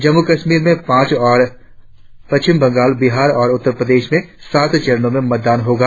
जम्मू कश्मीर में पांच और पश्चिम बंगा बिहार और उत्तर प्रदेश में सात चरणों में मतदान होगा